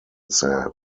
said